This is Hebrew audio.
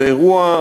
זה אירוע,